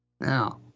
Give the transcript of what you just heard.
Now